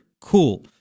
cool